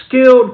skilled